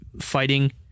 fighting